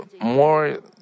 more